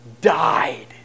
died